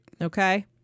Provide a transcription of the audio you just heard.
Okay